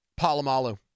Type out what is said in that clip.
Palomalu